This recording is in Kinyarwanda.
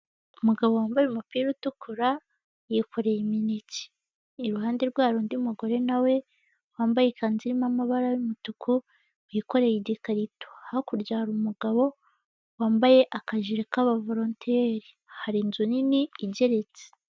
Umugabo wambaye umupira utukura yikoreye imineke. Iruhande rwe hari undi mugore na we wambaye ikanzu irimo amabara y'umutuku, wikoreye igikarito. Hakurya hari umugabo wambaye akajire k'abavoronteri. Hari inzu nini igeretse.